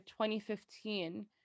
2015